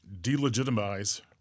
delegitimize